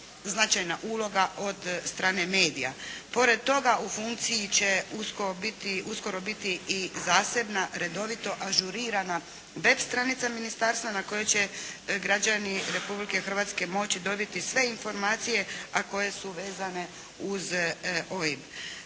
značajna uloga od strane medija. Pored toga, u funkciji će uskoro biti i zasebna redovito ažurirana web stranica ministarstva na kojoj će građani Republike Hrvatske moći dobiti sve informacije, a koje su vezane uz ove.